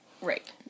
Right